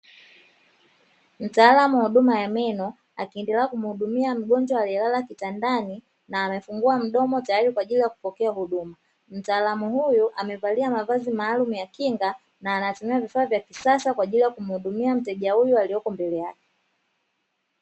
Mtaalamu wa huduma ya meno akiendelea kumhudumia mgonjwa aliyelala kitandani na amefungua mdomo teyari kwa ajili ya kupokea huduma, mtaalamu huyu amevalia mavazi maalumu ya kinga na anatumia vifaa vy kisasa kwa ajili ya kumhudumia mteja huyu aliyepo mbele yake.